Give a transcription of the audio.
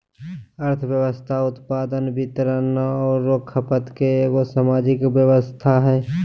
अर्थव्यवस्था उत्पादन, वितरण औरो खपत के एगो सामाजिक व्यवस्था हइ